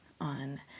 on